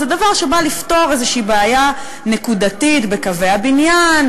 זה דבר שבא לפתור איזו בעיה נקודתית בקווי הבניין,